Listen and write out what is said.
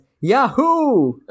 yahoo